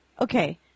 okay